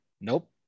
Nope